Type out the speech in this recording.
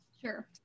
Sure